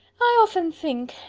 i often think,